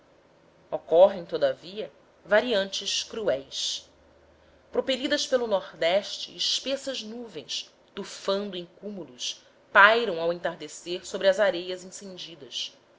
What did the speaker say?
ocorrem todavia variantes cruéis propelidas pelo nordeste espessas nuvens tufando em cumulus pairam ao entardecer sobre as areias incendidas